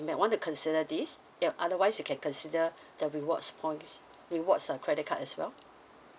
might want to consider this you otherwise you can consider the rewards points rewards uh credit card as well